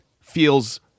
feels